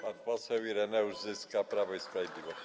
Pan poseł Ireneusz Zyska, Prawo i Sprawiedliwość.